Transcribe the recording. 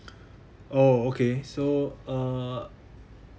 oh okay so uh